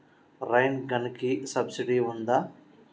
Rain గన్కి సబ్సిడీ ఉందా?